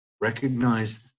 Recognize